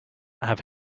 have